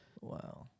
Wow